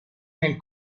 nel